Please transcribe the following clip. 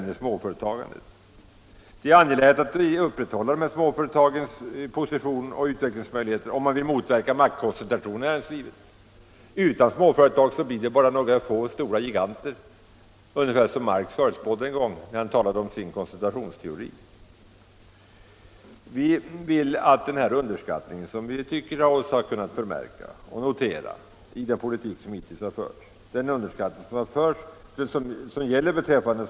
Det är exempelvis angeläget att upprätthålla småföretagens position och utvecklingsmöjligheter om man vill motverka maktkoncentrationen i näringslivet. Utan småföretag blir det bara några få giganter kvar, ungefär som Marx en gång förutspådde när han framlade sin koncentrationsteori. Vi vill komma ifrån den underskattning av småföretagen och smådriftens betydelse som vi tycker oss märka och notera i den politik som hittills förts, eftersom den underskattningen betyder ett sämre resursutnyttjande.